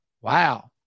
Wow